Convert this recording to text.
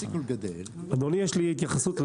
אדוני, יש לי התייחסות,